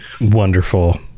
Wonderful